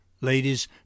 Ladies